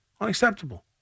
Unacceptable